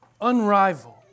unrivaled